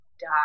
die